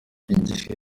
igihe